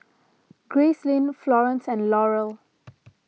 Gracelyn Florene and Laurel